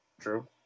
True